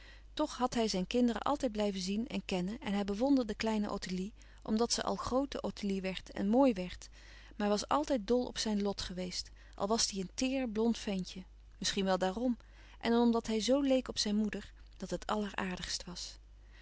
toch had hij zijn kinderen altijd blijven zien en kennen en hij bewonderde kleine ottilie omdat ze al groote ottilie werd en mooi werd maar hij was altijd dol op zijn lot geweest al was die een teêr blond ventje misschien wel dààrom en omdat hij zo leek op zijn moeder dat het alleraardigst was